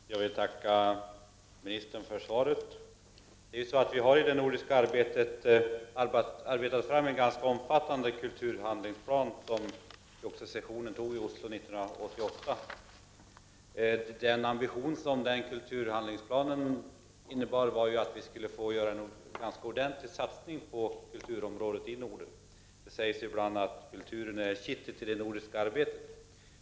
Herr talman! Jag vill tacka ministern för svaret. Vi har inom det nordiska samarbetet arbetat fram en ganska omfattande kulturhandlingsplan som antogs vid Nordiska rådets session i Oslo 1988. Ambitionen i denna handlingsplan var att en ganska ordentlig satsning skulle göras på kulturområdet i Norden. Det sägs ibland att kulturen är kittet i det nordiska arbetet.